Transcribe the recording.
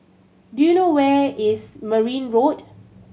do you know where is Merryn Road